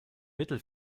mittel